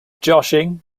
joshing